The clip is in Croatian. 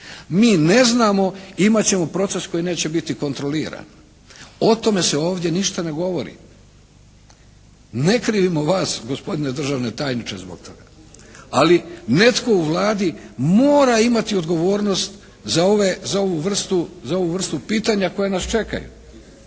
Mi ne znamo, imat ćemo proces koji neće biti kontroliran. O tome se ovdje ništa ne govori. Ne krivimo vas gospodine državni tajniče zbog toga. Ali netko u Vladi mora imati odgovornost za ovu vrstu pitanja koje nas čekaju.